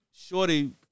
Shorty